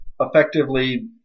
effectively